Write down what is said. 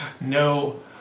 no